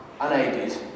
unaided